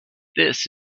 this